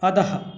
अधः